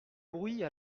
bruit